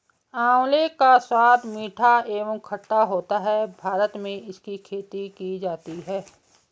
आंवले का स्वाद मीठा एवं खट्टा होता है भारत में इसकी खेती की जाती है